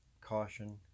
caution